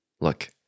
look